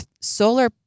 solar